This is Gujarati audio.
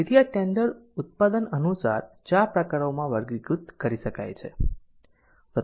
તેથી આ ટેન્ડર ઉત્પાદન અનુસાર 4 પ્રકારોમાં વર્ગીકૃત કરી શકાય છે